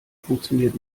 funktioniert